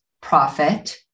profit